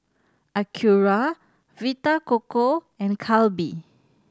Acura Vita Coco and Calbee